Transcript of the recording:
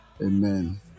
Amen